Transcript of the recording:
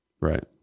Right